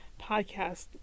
podcast